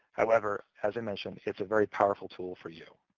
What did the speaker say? however, as i mentioned, it's a very powerful tool for you.